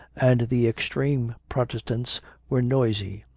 and the extreme protes tants were noisy,